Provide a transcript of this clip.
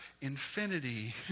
infinity